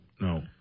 no